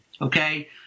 okay